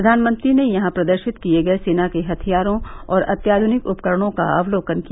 प्रधानमंत्री ने यहां प्रदर्शित किये गये सेना के हथियारों और अत्याधुनिक उपकरणों का अवलोकन किया